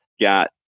got